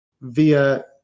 via